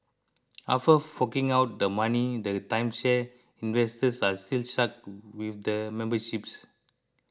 after forking out the money the timeshare investors are still stuck with the memberships